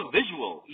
visual